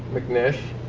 mcnish,